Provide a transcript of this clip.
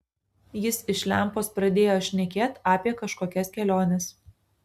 jis iš lempos pradėjo šnekėt apie kažkokias keliones